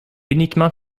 uniquement